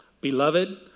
Beloved